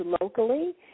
locally